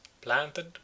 planted